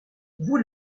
vous